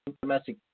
domestic